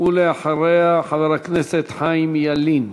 ואחריה, חבר הכנסת חיים ילין.